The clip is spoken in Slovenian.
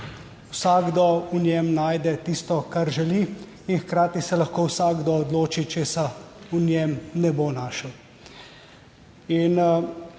vsakdo v njem najde tisto kar želi in hkrati se lahko vsakdo odloči česa v njem ne bo našel.